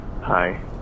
Hi